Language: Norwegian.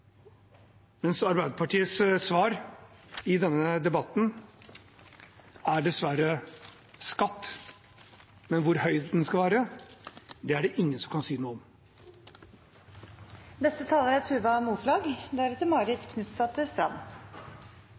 Arbeiderpartiets svar i denne debatten er dessverre skatt, men hvor høy den skal være, er det ingen som kan si noe